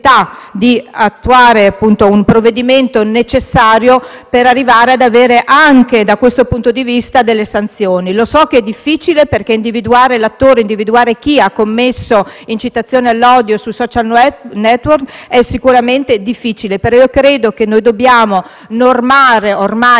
per arrivare ad avere, anche da questo punto di vista, delle sanzioni. Lo so che è difficile perché individuare l'attore, individuare chi ha commesso l'istigazione all'odio sui *social network* è sicuramente difficile però io credo che si debba integrare, ormai, come si sta facendo in tutto il mondo, il nostro sistema penale.